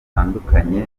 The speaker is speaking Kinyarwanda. batandukanye